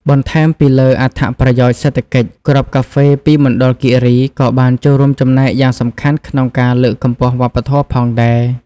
បន្ថែមពីលើអត្ថប្រយោជន៍សេដ្ឋកិច្ច គ្រាប់កាហ្វេពីមណ្ឌលគិរីក៏បានចូលរួមចំណែកយ៉ាងសំខាន់ក្នុងការ លើកកម្ពស់វប្បធម៌ ផងដែរ។